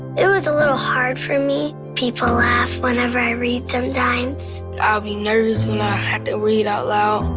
it was a little hard for me. people laugh whenever i read sometimes. i'll be nervous when i have to read out loud.